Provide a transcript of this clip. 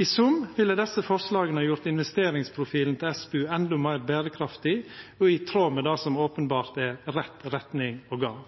I sum ville desse forslaga ha gjort investeringsprofilen til SPU endå meir berekraftig og i tråd med det som openbert er